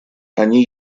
они